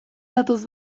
datoz